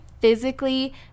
physically